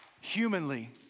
Humanly